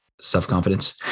self-confidence